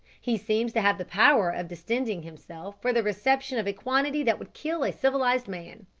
he seems to have the power of distending himself for the reception of a quantity that would kill a civilised man.